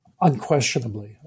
Unquestionably